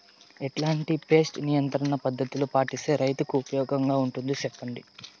ఎట్లాంటి పెస్ట్ నియంత్రణ పద్ధతులు పాటిస్తే, రైతుకు ఉపయోగంగా ఉంటుంది సెప్పండి?